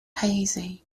hazy